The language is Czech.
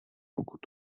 pokud